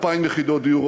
2,000 יחידות דיור,